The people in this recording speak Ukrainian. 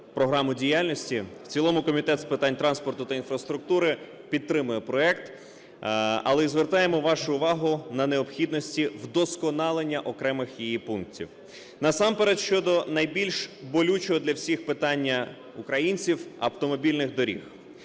програму діяльності. В цілому Комітет з питань транспорту та інфраструктури підтримує проект, але і звертаємо вашу увагу на необхідності вдосконалення окремих її пунктів. Насамперед щодо найбільш болючого для всіх питаннях українців автомобільних доріг.